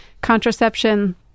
contraception